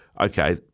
okay